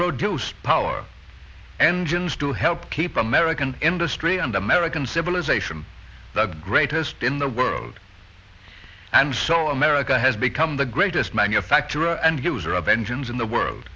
produce power engines to help keep american industry and american civilization the greatest in the world and so america has become the greatest manufacturer and user of engines in the world